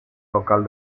local